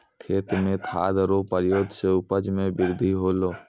खेत मे खाद रो प्रयोग से उपज मे बृद्धि होलै